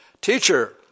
Teacher